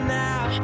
now